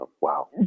wow